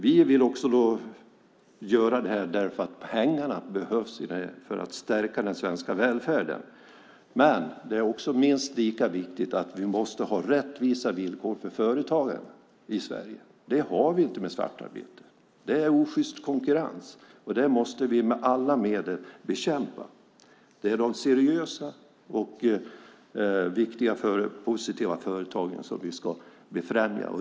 Vi vill också göra det för att pengarna behövs för att stärka den svenska välfärden. Men det är minst lika viktigt att vi måste ha rättvisa villkor för företagarna i Sverige. Det har vi inte med svartarbete. Det är osjyst konkurrens. Det måste vi med alla medel bekämpa. Det är de seriösa och positiva företagen som vi ska främja.